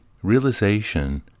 Realization